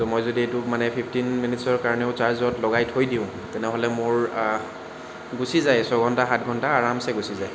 ছ' মই যদি এইটো মানে ফিফটিন মিনিটচৰ কাৰণেও চাৰ্জত লগাই থৈ দিওঁ তেনেহ'লে মোৰ গুছি যায় ছ ঘণ্টা সাত ঘণ্টা আৰামচে গুছি যায়